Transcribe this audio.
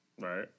Right